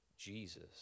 Jesus